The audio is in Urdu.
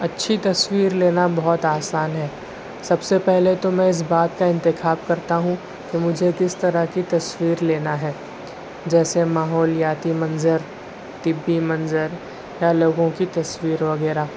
اچھی تصویر لینا بہت آسان ہے سب سے پہلے تو میں اس بات کا انتخاب کرتا ہوں کہ مجھے کس طرح کی تصویر لینا ہے جیسے ماحولیاتی منظر طبی منظر یا لوگوں کی تصویر وغیرہ